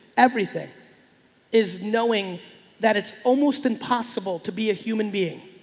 everything is knowing that it's almost impossible to be a human being.